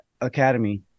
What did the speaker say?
Academy